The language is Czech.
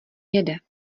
jede